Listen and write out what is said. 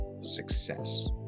success